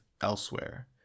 elsewhere